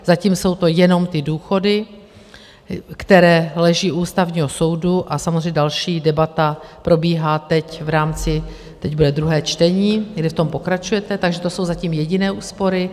Zatím jsou to jenom ty důchody, které leží u Ústavního soudu, a samozřejmě další debata probíhá teď v rámci teď bude druhé čtení, kde v tom pokračujete, takže to jsou zatím jediné úspory.